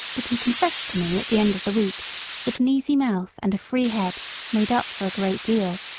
but he confessed to me at the end of the week that an easy mouth and a free head made up for a great deal,